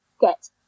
get